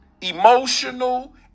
emotional